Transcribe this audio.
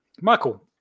Michael